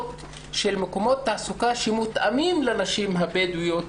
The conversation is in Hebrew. למקומות תעסוקה שמותאמים לנשים הבדואיות